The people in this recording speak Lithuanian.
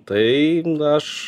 tai aš